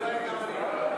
סעיפים 1 3 נתקבלו.